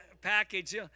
package